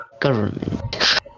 government